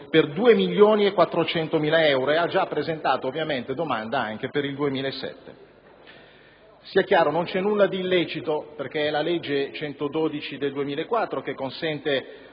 per 2.400.000 euro e ha già presentato, ovviamente, domanda anche per il 2007. Sia chiaro che non c'è nulla di illecito, perché è la legge n. 112 del 2004 che consente